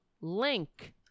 link